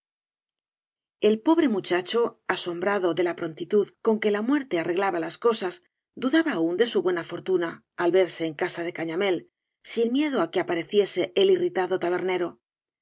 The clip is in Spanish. el pobre muchacho asombrado de la prontitud con que la muerte arreglaba las cosas dudaba aún de su buena fortuna al verse en casa de caña mélf sin miedo á que apareciese el irritado tabernero